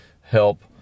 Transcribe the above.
help